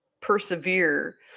persevere